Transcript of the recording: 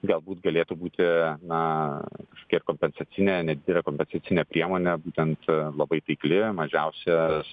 galbūt galėtų būti na kiek kompensacinė nedidelė kompozicinė priemonė būtent labai taikli mažiausias